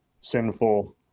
sinful